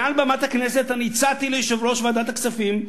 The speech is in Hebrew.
מעל במת הכנסת אני הצעתי ליושב-ראש ועדת הכספים,